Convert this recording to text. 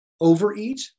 overeat